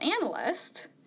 analyst